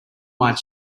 white